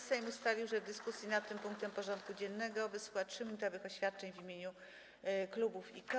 Sejm ustalił, że w dyskusji nad tym punktem porządku dziennego wysłucha 3-minutowych oświadczeń w imieniu klubów i koła.